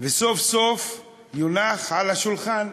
וסוף-סוף יונח על השולחן.